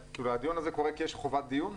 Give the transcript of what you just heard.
והדיון הזה קורה כי יש חובת דיון?